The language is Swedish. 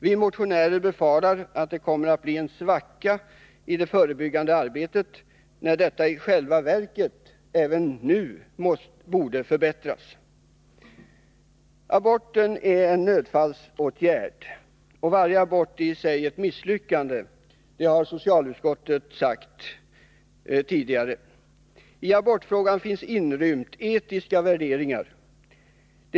Vi motionärer befarar att det nu kommer att bli en svacka i det förebyggande arbetet, trots att detta i själva verket borde förbättras. Aborten är en nödfallsåtgärd, och varje abort är i sig ett misslyckande. Det har socialutskottet sagt tidigare. I abortfrågan finns etiska värderingar inrymda.